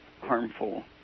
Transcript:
harmful